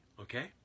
okay